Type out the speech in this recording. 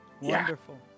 Wonderful